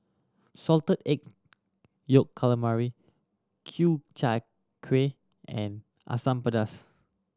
Salted Egg Yolk Calamari Ku Chai Kueh and Asam Pedas